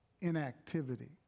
inactivity